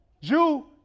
Jew